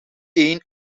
een